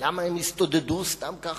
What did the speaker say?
למה הם הסתודדו סתם כך?